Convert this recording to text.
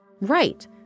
Right